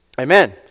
Amen